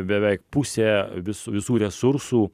beveik pusė vis visų resursų